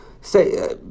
say